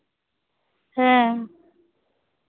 ᱦᱮᱸ